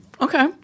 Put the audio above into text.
Okay